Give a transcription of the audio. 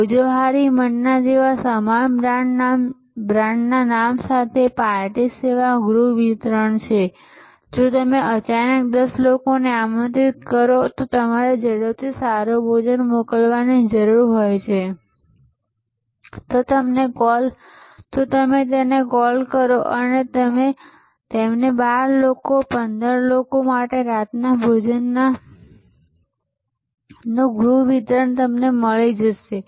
ભોજોહોરી મન્ના જેવા સમાન બ્રાન્ડ નામ સાથે હવે પાર્ટી સેવા ગૃહ વિતરણ છે જો તમે અચાનક 10 લોકોને આમંત્રિત કરો અને તમારે ઝડપથી સારું ભોજન મોકલવાની જરૂર હોય તો તમે તેમને કૉલ કરો અને તમને 12 લોકો 15 લોકો માટે રાતના ભોજનનુ ગૃહ વિતરણ મળે છે